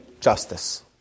justice